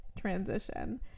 transition